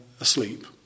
asleep